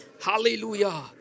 Hallelujah